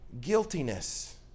Guiltiness